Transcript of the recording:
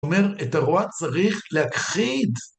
זאת אומרת, את הרוע צריך להכחיד.